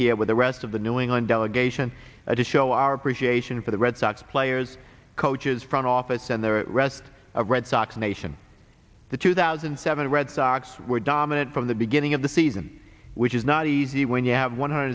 here with the rest of the new england delegation at a show our appreciation for the red sox players coaches front office and the rest of red sox nation the two thousand and seven red sox were dominant from the beginning of the season which is not easy when you have one hundred